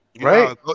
Right